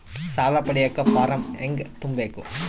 ಸಾಲ ಪಡಿಯಕ ಫಾರಂ ಹೆಂಗ ತುಂಬಬೇಕು?